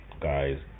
guys